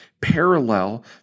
parallel